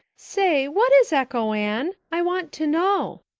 say, what is echo, anne i want to know.